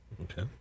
okay